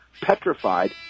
petrified